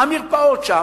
המרפאות שם,